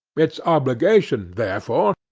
its obligation, therefore,